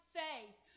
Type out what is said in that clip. faith